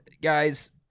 Guys